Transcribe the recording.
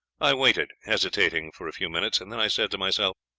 i waited, hesitating for a few minutes, and then i said to myself,